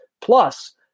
plus